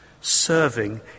serving